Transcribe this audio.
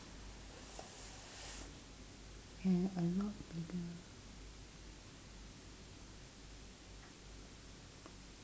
have a lot bigger